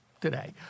today